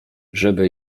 żeby